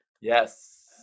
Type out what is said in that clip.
Yes